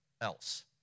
else